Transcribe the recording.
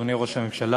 אדוני ראש הממשלה,